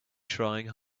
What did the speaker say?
trying